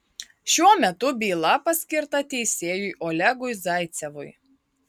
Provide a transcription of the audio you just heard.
šiuo metu byla paskirta teisėjui olegui zaicevui